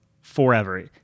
forever